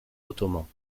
ottomans